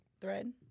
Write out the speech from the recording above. Thread